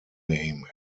name